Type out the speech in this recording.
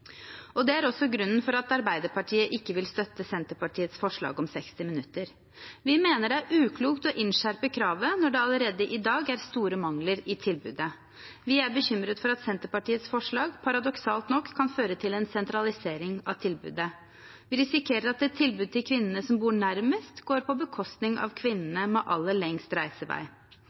Det er også grunnen til at Arbeiderpartiet ikke vil støtte Senterpartiets forslag om 60 minutter. Vi mener det er uklokt å innskjerpe kravet når det allerede i dag er store mangler i tilbudet. Vi er bekymret for at Senterpartiets forslag paradoksalt nok kan føre til en sentralisering av tilbudet. Vi risikerer at et tilbud til kvinnene som bor nærmest, går på bekostning av kvinnene med aller lengst reisevei.